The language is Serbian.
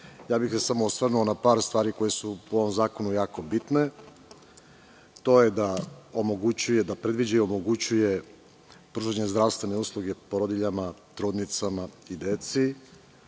bih se samo na par stvari koje su u ovom zakonu jako bitne. To je da predviđa i omogućuje pružanje zdravstvene usluge porodiljama, trudnicama i decu